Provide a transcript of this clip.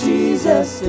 Jesus